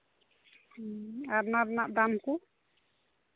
ᱦᱮᱸ ᱟᱨ ᱱᱚᱣᱟ ᱨᱮᱱᱟᱜ ᱫᱟᱢ ᱠᱚ